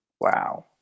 Wow